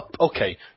okay